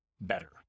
better